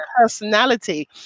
personality